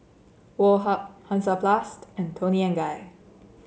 Woh Hup Hansaplast and Toni and Guy